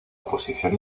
oposición